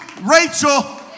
Rachel